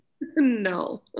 No